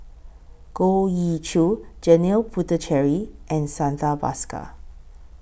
Goh Ee Choo Janil Puthucheary and Santha Bhaskar